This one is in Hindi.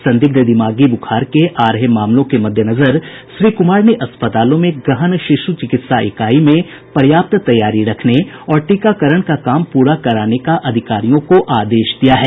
संदिग्ध दिमागी बुखार के आ रहे मामलों के मद्देनजर श्री कुमार ने अस्पतालों में गहन शिशु चिकित्सा इकाई में पर्याप्त तैयारी रखने और टीकाकरण का काम पूरा कराने का अधिकारियों को आदेश दिया है